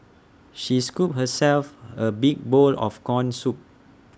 she scooped herself A big bowl of Corn Soup